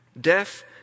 Death